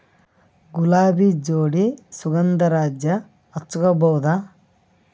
ಗುಲಾಬಿ ಜೋಡಿ ಸುಗಂಧರಾಜ ಹಚ್ಬಬಹುದ?